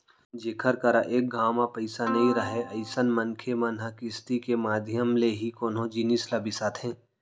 जेखर करा एक घांव म पइसा नइ राहय अइसन मनखे मन ह किस्ती के माधियम ले ही कोनो जिनिस ल बिसाथे